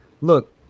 look